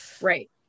Right